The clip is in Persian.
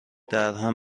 درهم